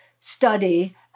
study